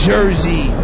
Jersey